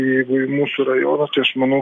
jeigu į mūsų rajoną tai aš manau